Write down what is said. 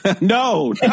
No